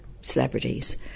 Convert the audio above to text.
celebrities